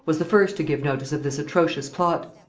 was the first to give notice of this atrocious plot.